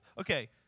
okay